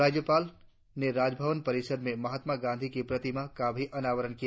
राज्यपाल ने राजभवन परिषर में महात्मा गांधी की प्रतिमा का भी अनावरण किया